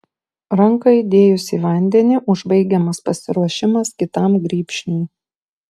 ranką įdėjus į vandenį užbaigiamas pasiruošimas kitam grybšniui